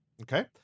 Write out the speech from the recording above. Okay